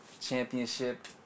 championship